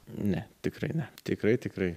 ne tikrai ne tikrai tikrai